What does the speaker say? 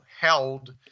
held